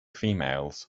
females